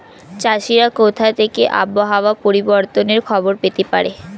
চাষিরা কোথা থেকে আবহাওয়া পরিবর্তনের খবর পেতে পারে?